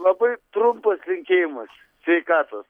labai trumpas linkėjimas sveikatos